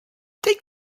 take